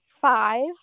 five